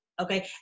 Okay